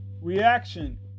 reaction